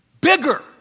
bigger